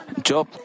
Job